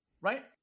right